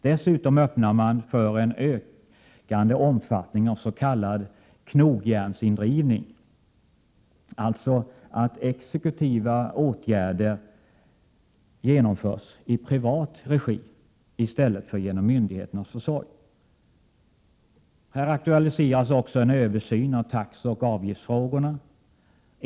Dessutom ges möjligheter för en ökande omfattning av s.k. knogjärnsindrivning, dvs. att exekutiva åtgärder genomförs i privat regi i stället för genom myndigheternas försorg. Här aktualiseras också en översyn av taxeoch avgiftsfrågorna.